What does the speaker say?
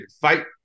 fight